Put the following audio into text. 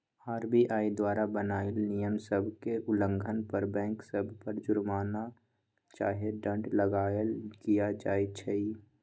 RBI द्वारा बनाएल नियम सभ के उल्लंघन पर बैंक सभ पर जुरमना चाहे दंड लगाएल किया जाइ छइ